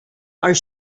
are